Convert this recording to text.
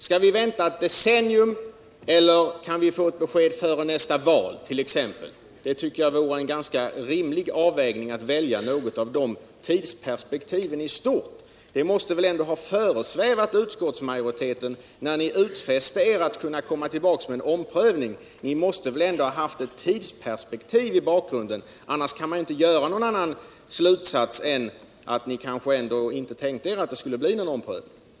Skall vi vänta ett decennium eller kan vi få ett besked före nästa valt. ox.? Jag tycker det vore rimligt att välja något av de tidsperspektiven i stort. När ni utfäsie er att komma tillbaka med en omprövning måste ni väl ändå ha haft ett tidsperspektiv i bakgrunden —- annars kan man inte dra någon annan slutsats än att ni kanske ändå inte tänkte er att det skulle göras någon omprövning. Herr talman!